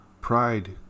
Pride